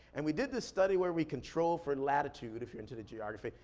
and we did this study where we control for latitude, if you're into the geography,